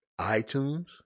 iTunes